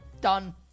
Done